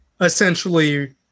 essentially –